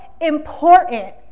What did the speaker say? important